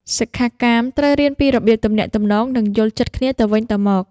សិក្ខាកាមត្រូវរៀនពីរបៀបទំនាក់ទំនង និងយល់ចិត្តគ្នាទៅវិញទៅមក។